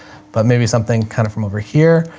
but maybe something kind of from over here.